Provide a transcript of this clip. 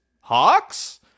Hawks